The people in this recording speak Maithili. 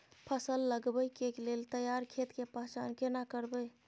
फसल लगबै के लेल तैयार खेत के पहचान केना करबै?